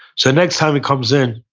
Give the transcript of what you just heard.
so next time he comes in,